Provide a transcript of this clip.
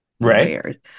Right